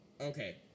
Okay